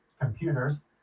computers